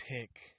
pick